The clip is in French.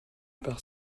par